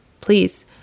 please